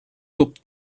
top